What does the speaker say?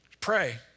Pray